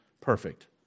perfect